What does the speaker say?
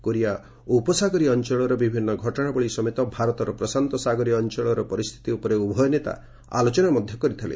Korea ଉପସାଗରୀୟ ଅଞ୍ଚଳର ବିଭିନ୍ନ ଘଟଣାବଳୀ ସମେତ ଭାରତର ପ୍ରଶାନ୍ତ ସାଗରୀୟ ଅଞ୍ଚଳର ପରିସ୍ଥିତି ଉପରେ ଉଭୟ ନେତା ଆଲୋଚନା କରିଥିଲେ